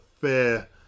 fair